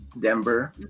denver